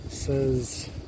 says